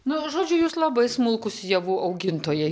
nu žodžiu jūs labai smulkūs javų augintojai